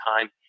time